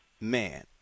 man